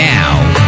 Now